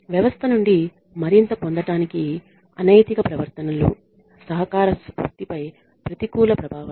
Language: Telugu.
వ్యవస్థ నుండి మరింత పొందటానికి అనైతిక ప్రవర్తనలు సహకార స్ఫూర్తిపై ప్రతికూల ప్రభావాలు